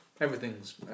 everything's